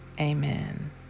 Amen